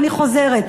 ואני חוזרת,